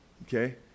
Okay